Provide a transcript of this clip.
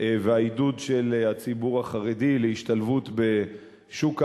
והעידוד של הציבור החרדי להשתלבות בשוק העבודה.